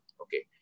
Okay